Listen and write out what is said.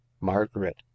margaret